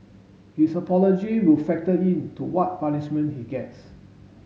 his apology will factor in to what punishment he gets